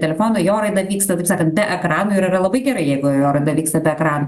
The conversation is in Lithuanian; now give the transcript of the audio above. telefono jo raida vyksta taip sakant be ekrano ir yra labai gera jeigu jo raida vyksta be ekranų